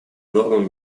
нормам